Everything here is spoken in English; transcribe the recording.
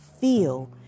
feel